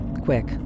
quick